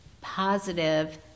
positive